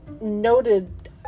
noted